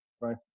right